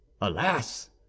alas